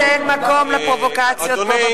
הקונסנזוס הלאומי,